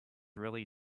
really